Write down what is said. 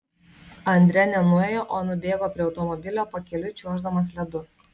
andre ne nuėjo o nubėgo prie automobilio pakeliui čiuoždamas ledu